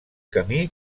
camí